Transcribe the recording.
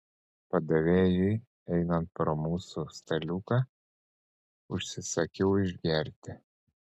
padavėjui einant pro mūsų staliuką užsisakiau išgerti